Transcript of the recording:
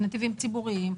נתיבים ציבוריים,